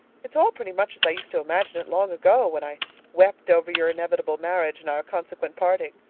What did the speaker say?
it's all pretty much as i used to imagine it long ago, when i wept over your inevitable marriage and our consequent parting,